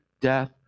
death